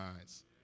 eyes